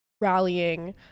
rallying